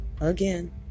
again